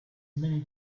many